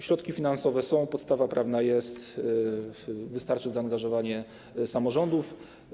Środki finansowe są, podstawa prawna jest, wystarczy zaangażowanie samorządów.